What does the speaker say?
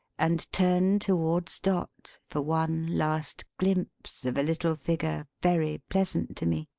and turn towards dot, for one last glimpse of a little figure very pleasant to me,